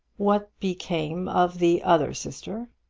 what became of the other sister?